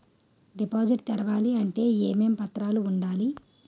Deposit తెరవాలి అంటే ఏమేం పత్రాలు ఉండాలి?